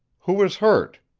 who was hurt?